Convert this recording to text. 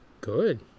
Good